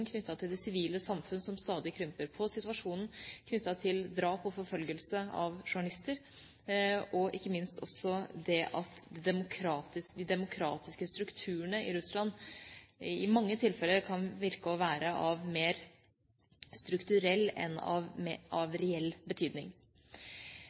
til det sivile samfunn, som stadig krymper, på situasjonen knyttet til drap på og forfølgelse av journalister, og ikke minst på det at de demokratiske strukturene i Russland i mange tilfeller kan virke å være av mer strukturell enn av